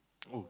oh